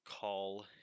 call